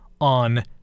on